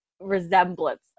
resemblance